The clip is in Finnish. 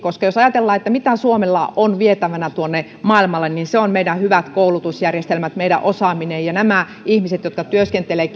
koska jos ajatellaan mitä suomella on vietävänä maailmalle niin se on meidän hyvät koulutusjärjestelmämme meidän osaamisemme ja nämä ihmiset jotka työskentelevät